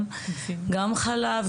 גם חלב,